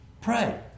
Pray